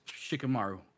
Shikamaru